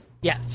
Yes